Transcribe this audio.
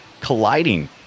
colliding